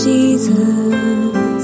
Jesus